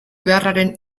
beharraren